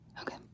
Okay